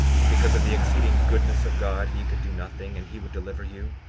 and because of the exceeding goodness of god ye could do nothing and he would deliver you?